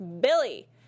Billy